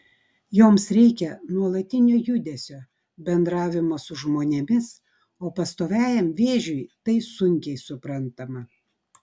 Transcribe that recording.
joms reikia nuolatinio judesio bendravimo su žmonėmis o pastoviajam vėžiui tai sunkiai suprantama